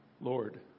Lord